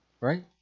right